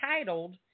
titled